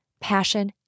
passion